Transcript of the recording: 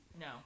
no